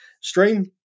stream